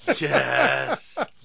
yes